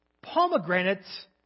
pomegranates